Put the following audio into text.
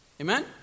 Amen